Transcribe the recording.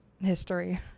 history